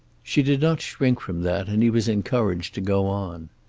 she did not shrink from that, and he was encouraged to go on.